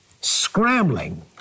Scrambling